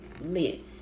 lit